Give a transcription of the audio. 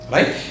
Right